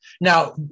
Now